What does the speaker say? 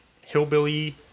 Hillbilly